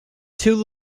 two